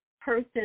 person